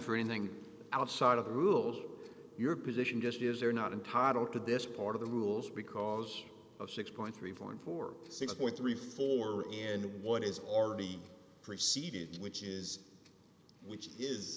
for anything outside of the rules your position just is they're not entitled to this part of the rules because of six point three four and four six point three four and one is already preceded which is which is